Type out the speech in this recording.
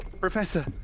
Professor